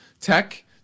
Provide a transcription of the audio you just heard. tech